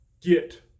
get